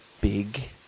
big